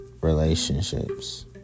relationships